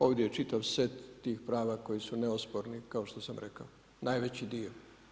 Ovdje je čitav set tih prava koje su neosporni kao što sam rekao najveći dio.